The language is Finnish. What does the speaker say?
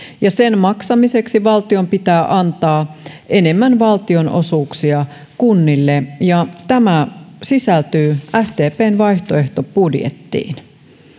ja sen maksamiseksi valtion pitää antaa enemmän valtionosuuksia kunnille ja tämä sisältyy sdpn vaihtoehtobudjettiin